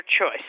choice